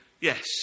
Yes